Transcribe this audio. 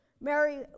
Mary